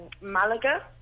Malaga